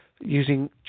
Using